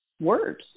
words